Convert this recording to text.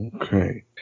Okay